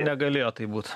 negalėjo taip būt